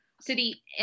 city